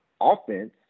offense